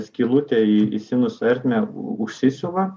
skylutė į į sinuso ertmę užsisiuva